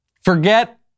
Forget